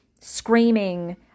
screaming